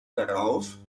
darauf